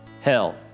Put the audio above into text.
hell